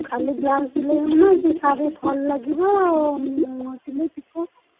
ଖାଲି ବ୍ଲାଉଜ୍ ସିଲାଇ ହେବ ନା ସେ ଶାଢ଼ି ଫଲ୍ ଲାଗିବ ମୁହଁ ସିଲାଇ ପିକୋ